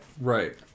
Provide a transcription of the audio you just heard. Right